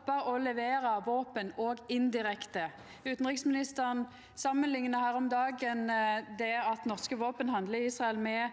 stoppa å levera våpen, òg indirekte. Utanriksministeren samanlikna her om dagen det at norske våpen hamnar i Israel, med